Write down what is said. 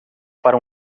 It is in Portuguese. para